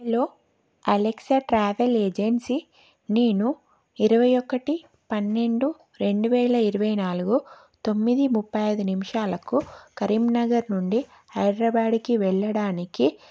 hello Alexa travel agency నేను ఇరవై ఒకటి పన్నెండు రెండు వేల ఇరవై నాలుగు తొమ్మిది ముప్పై అయిదు నిమిషాలకు కరీంనగర్ నుండి హైదరాబాదుకి వెళ్ళడానికి